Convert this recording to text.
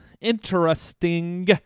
interesting –